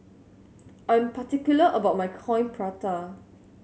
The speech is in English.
I'm particular about my Coin Prata